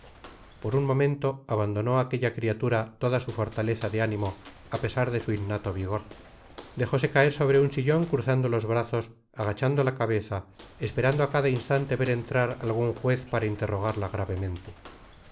por un momento abaudonó á aquella criatura toda su fortaleza de ánimo á pesar de su innato vigor dejóse caer sobre un sillon cruzando los brazos agachando la cabeza esperando á cada instante ver entrar atgun juez para interrogarla gravemente